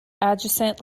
adjacent